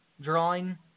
drawing